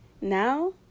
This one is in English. now